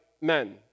men